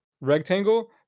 rectangle